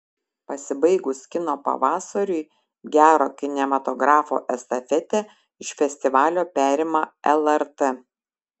pasibaigus kino pavasariui gero kinematografo estafetę iš festivalio perima lrt